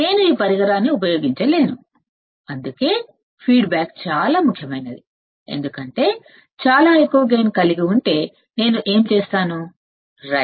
నేను ఈ పరికరాన్ని ఉపయోగించలేను అందుకే ఫీడ్బ్యాక్ చాలా ముఖ్యమైనది సరే ఎందుకంటే చాలా ఎక్కువ గైన్ కలిగి ఉంటే నేను ఏమి చేస్తాను సరే